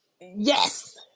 Yes